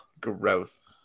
gross